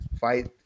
fight